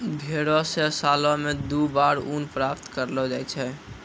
भेड़ो से सालो मे दु बार ऊन प्राप्त करलो जाय छै